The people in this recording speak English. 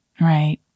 Right